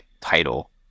title